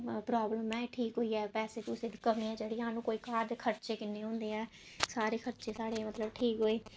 problem ऐ ओह् ठीक होई आ पैसे पुसे दी कमी ऐ जेह्ड़ी ऐ सांनू घर दे खर्चे इ'न्ने होंदे ऐ साढ़े खर्चे साढ़े मतलब ठीक होई